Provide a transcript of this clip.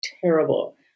terrible